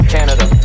Canada